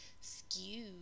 skewed